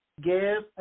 give